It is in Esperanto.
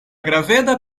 graveda